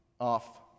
off